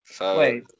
Wait